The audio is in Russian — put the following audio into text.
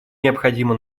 необходимо